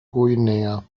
guinea